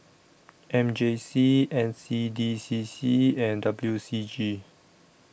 M J C NC D C C and WC G